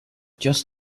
just